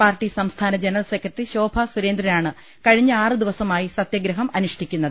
party സംസ്ഥാന general secretary Shobha സുരേന്ദ്രനാണ് കഴിഞ്ഞ ആറ് ദിവസമായി സത്യ ഗ്രഹം അനുഷ്ഠിക്കുന്നത്